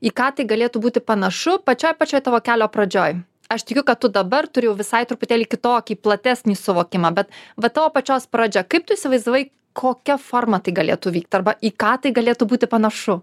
į ką tai galėtų būti panašu pačioj pačioj tavo kelio pradžioj aš tikiu kad tu dabar turi jau visai truputėlį kitokį platesnį suvokimą bet va tavo pačios pradžia kaip tu įsivaizdavai kokia forma tai galėtų vykt arba į ką tai galėtų būti panašu